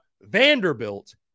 Vanderbilt